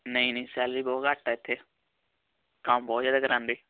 ਨਹੀਂ ਨਹੀਂ ਸੈਲਰੀ ਬਹੁਤ ਘੱਟ ਹੈ ਇਥੇ ਕੰਮ ਬਹੁਤ ਜਿਆਦਾ ਕਰਵਾਉਂਦੇ ਇਥੇ